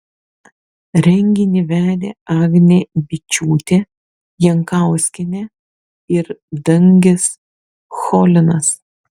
renginį vedė agnė byčiūtė jankauskienė ir dangis cholinas